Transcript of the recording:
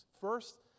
First